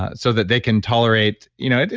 so that they can tolerate, you know,